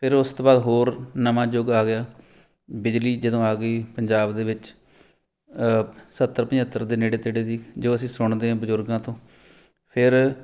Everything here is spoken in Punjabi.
ਫਿਰ ਉਸ ਤੋਂ ਬਾਅਦ ਹੋਰ ਨਵਾਂ ਯੁੱਗ ਆ ਗਿਆ ਬਿਜਲੀ ਜਦੋਂ ਆ ਗਈ ਪੰਜਾਬ ਦੇ ਵਿੱਚ ਸੱਤਰ ਪਝੱਤਰ ਦੇ ਨੇੜੇ ਤੇੜੇ ਦੀ ਜੋ ਅਸੀਂ ਸੁਣਦੇ ਹਾਂ ਬਜ਼ੁਰਗਾਂ ਤੋਂ ਫਿਰ